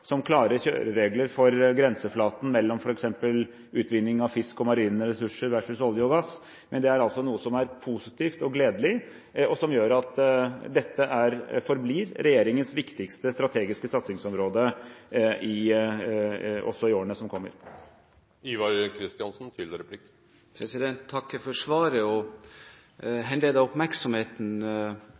klare kjøreregler for grenseflaten mellom f.eks. utvinning av fisk og marine ressurser versus olje og gass. Men det er noe som er positivt og gledelig, og som gjør at dette forblir regjeringens viktigste strategiske satsingsområde også i årene som kommer. Jeg takker for svaret. Jeg vil henlede oppmerksomheten